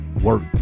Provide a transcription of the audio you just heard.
work